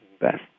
best